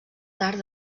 tard